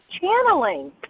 channeling